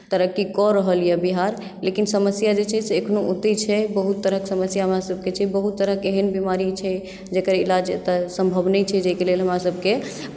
तरक्की कए रहल यए बिहार लेकिन समस्या जे छै से अखनहुँ ओत्तहि छै बहुत तरहके समस्या हमरासभके छै बहुत तरहके एहन बीमारी छै जकर इलाज एतय सम्भव नहि छै जाहिके लेल हमरासभके